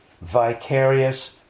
vicarious